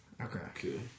okay